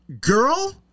Girl